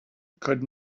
could